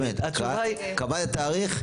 קבעת תאריך,